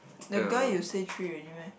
the guy you say three already meh